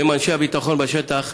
שהם אנשי הביטחון בשטח,